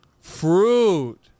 Fruit